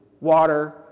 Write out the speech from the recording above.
water